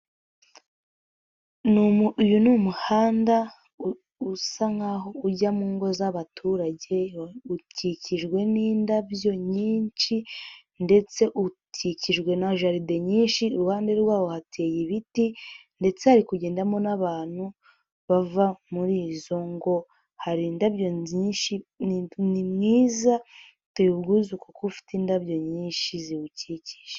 Uyu ni umuhanda usa nk'aho ujya mu ngo z'abaturage ukikijwe n'indabyo nyinshi ndetse ukikijwe na jaride nyinshi, iruhande rwawo hateye ibiti ndetse ari kugendamo n'abantu bava muri izo ngo hari indabyo nyinshi ni mwizateyeyu ubwuzu kuko ufite indabyo nyinshi ziwukikije.